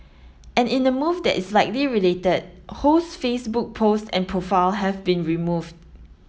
and in a move that is likely related Ho's Facebook post and profile have been removed